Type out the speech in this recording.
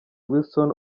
wilson